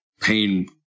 pain